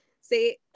say